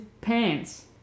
pants